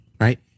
right